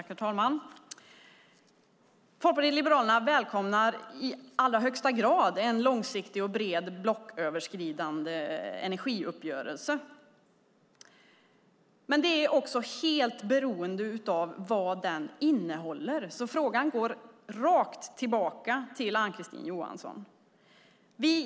Herr talman! Folkpartiet liberalerna välkomnar i allra högsta grad en långsiktig och bred blocköverskridande energiuppgörelse. Men detta är helt beroende av vad den innehåller, och frågan går därför rakt tillbaka till Ann-Kristine Johansson.